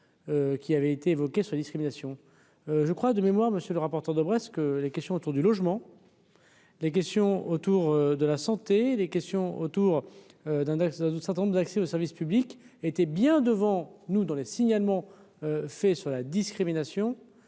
qui avait été évoqué ce discrimination je crois de mémoire, monsieur le rapporteur de ce que les questions autour du logement, les questions autour de la santé, les questions autour d'un axe certain nombre d'accès au service public était bien devant nous dans les signalements faits sur la discrimination